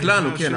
כן.